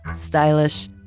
stylish,